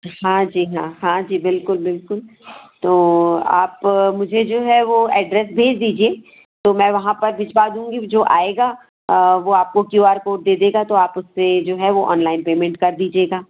हाँ जी हाँ हाँ जी बिल्कुल बिल्कुल तो आप मुझे जो है वो एड्रेस भेज दीजिए तो मैं वहाँ पर भिजवा दूँगी जो आएगा वो आपको क्यू आर कोड दे देगा तो आप उससे जो है वो ऑनलाइन पेमेंट कर दीजिएगा